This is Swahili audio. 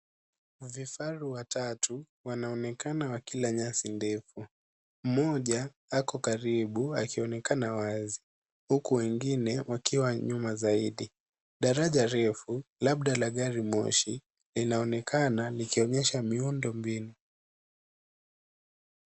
Vifaru watatu wanaonekana wakila nyasi ndefu. Mmoja ako karibu akionekana wazi huku wengine wakiwa nyuma zaidi. Daraja refu labda la gari moshi linaonekana likionyesha miundo mbinu.